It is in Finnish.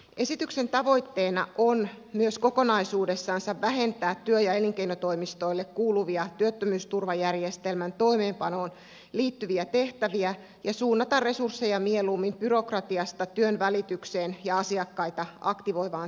esityksen tavoitteena on myös kokonaisuudessansa vähentää työ ja elinkeinotoimistoille kuuluvia työttömyysturvajärjestelmän toimeenpanoon liittyviä tehtäviä ja suunnata resursseja mieluummin byrokratiasta työnvälitykseen ja asiakkaita aktivoivaan toimintaan